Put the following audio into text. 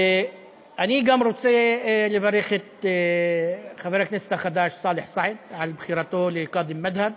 אני גם רוצה לברך את חבר הכנסת החדש סאלח סעד על בחירתו לקאדים מד'הב.